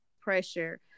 pressure